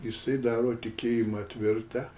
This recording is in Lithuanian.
jisai daro tikėjimą tvirtą